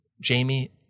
Jamie